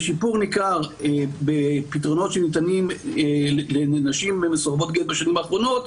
יש שיפור ניכר בפתרונות שניתנים לנשים מסורבות גט בשנים האחרונות,